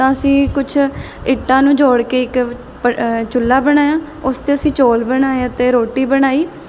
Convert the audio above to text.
ਤਾਂ ਅਸੀਂ ਕੁਛ ਇੱਟਾਂ ਨੂੰ ਜੋੜ ਕੇ ਇੱਕ ਪਰ ਚੁੱਲ੍ਹਾ ਬਣਾਇਆ ਉਸ 'ਤੇ ਅਸੀਂ ਚੌਲ ਬਣਾਏ ਅਤੇ ਰੋਟੀ ਬਣਾਈ